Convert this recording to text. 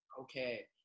Okay